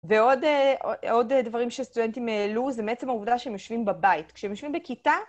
ועוד אה, עוד דברים שסטודנטים העלו, זה בעצם העובדה שהם יושבים בבית. כשהם יושבים בכיתה...